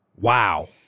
Wow